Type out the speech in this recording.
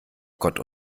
gott